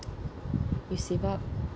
you save up